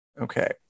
okay